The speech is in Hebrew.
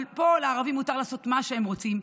אבל פה לערבים מותר לעשות מה שהם רוצים.